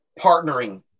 partnering